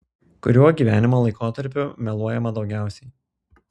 kuriuo gyvenimo laikotarpiu meluojama daugiausiai